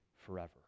forever